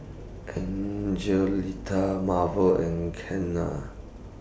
Angelita Marvel and Kenna